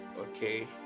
okay